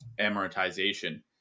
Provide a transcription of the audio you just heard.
amortization